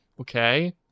okay